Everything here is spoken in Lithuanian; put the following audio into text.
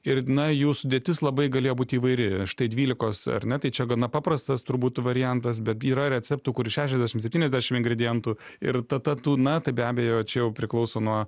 ir na jų sudėtis labai galėjo būt įvairi štai dvylikos ar ne tai čia gana paprastas turbūt variantas bet yra receptų kur šešiasdešimt septyniasdešimt ingredientų ir ta ta tų na tai be abejo čia jau priklauso nuo